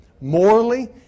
Morally